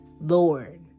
Lord